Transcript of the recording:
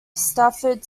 stafford